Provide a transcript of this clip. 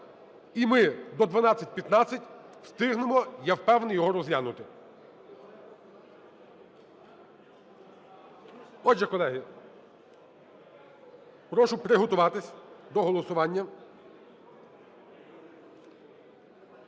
І ми до 12:15 встигнемо, я впевнений, його розглянути. Отже, колеги, прошу приготуватись до голосування.